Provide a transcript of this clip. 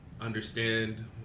understand